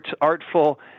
artful